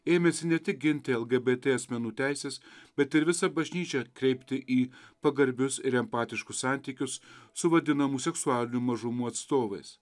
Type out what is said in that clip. ėmėsi ne tik ginti lgbt asmenų teises bet ir visą bažnyčią kreipti į pagarbius ir empatiškus santykius su vadinamų seksualinių mažumų atstovais